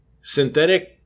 synthetic